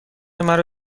مرا